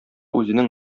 үзенең